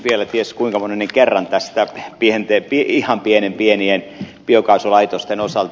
vielä ties kuinka monennen kerran tästä ihan pienen pienien biokaasulaitosten osalta